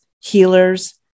healers